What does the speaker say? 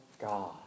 God